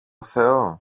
θεό